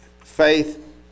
faith